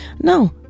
no